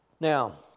Now